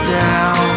down